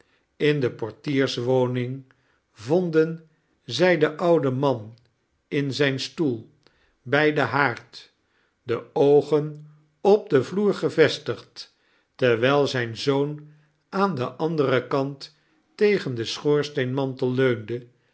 in de portierswoning vonden zij den ouden man in zijn stoel bij den haard de oogen op den vloer gevestigd te'rwijl zijn zoon aan den anderen kant tegen den schoorsteenmantel leunde